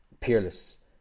peerless